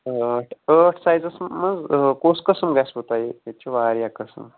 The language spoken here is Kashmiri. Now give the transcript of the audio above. ٲٹھ ٲٹھ سایِزَس منٛز کُس قٕسم گژھِوٕ تۄہہِ ییٚتہِ چھِ واریاہ قٕسم